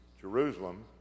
Jerusalem